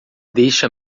deixa